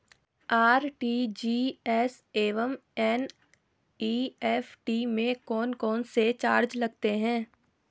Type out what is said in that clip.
RTGS एवं NEFT में कौन कौनसे चार्ज लगते हैं?